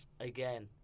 again